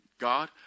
God